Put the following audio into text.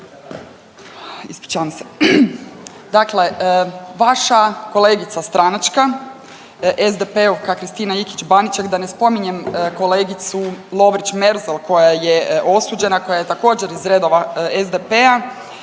ispričavam se, dakle vaša kolegica stranačka SDP-ovka Kristina Ikić Baniček da ne spominjem kolegicu Lovrić Merzel koja je osuđena koja je također iz redova SDP-a,